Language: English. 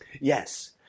Yes